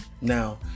Now